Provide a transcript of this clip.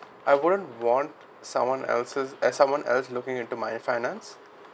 I wouldn't want someone else's uh someone else looking into my finance